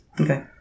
Okay